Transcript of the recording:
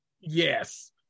Yes